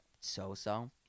so-so